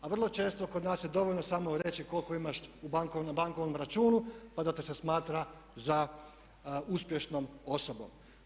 A vrlo često kod nas je dovoljno samo reći koliko imaš na bankovnom računu, pa da te se smatra za uspješnom osobom.